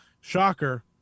shocker